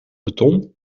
beton